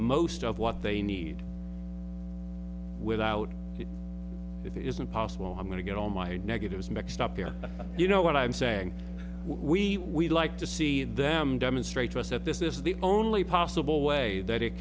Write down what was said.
most of what they need without it if it isn't possible i'm going to get all my negatives mixed up here you know what i'm saying we would like to see them demonstrate to us that this is the only possible way that it